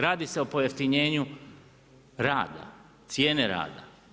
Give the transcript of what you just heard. Radi se o pojeftinjenju rada, cijene rada.